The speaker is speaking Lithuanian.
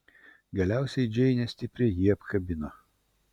galiausiai džeinė stipriai jį apkabino